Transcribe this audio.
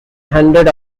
hundred